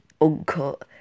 uncut